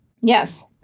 Yes